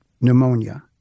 pneumonia